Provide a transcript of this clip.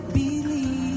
believe